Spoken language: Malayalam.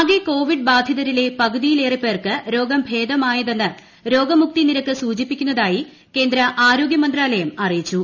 ആകെ കോവിഡ് ബാധിതരിലെ പകുതിയിലേറെ പേർക്ക് രോഗം ഭേദമായതെന്ന് രോഗമുക്തി നിരക്ക് സൂചിപ്പിക്കുന്നതായി കേന്ദ്ര ആരോഗൃമന്ത്രാലയം അറിയിച്ചു